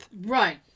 right